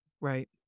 Right